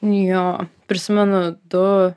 jo prisimenu du